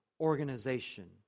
organization